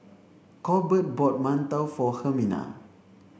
Corbett bought Mantou for Hermina